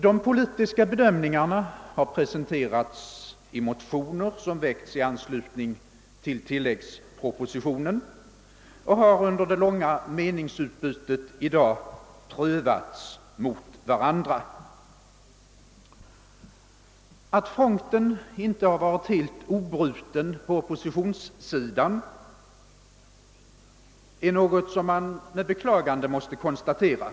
De politiska bedömningarna har presenterats i motioner som väckts i anslutning till tilläggspropositionen och har under det långa meningsutbytet i dag konfronterats med varandra. Att fronten inte har varit helt obruten på oppositionssidan är något som med beklagande måste konstateras.